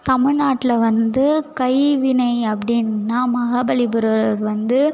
தமிழ்நாட்டில் வந்து கைவினை அப்படின்னா மகாபலிபுரம் வந்து